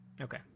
okay